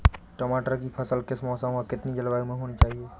टमाटर की फसल किस मौसम व कितनी जलवायु में होनी चाहिए?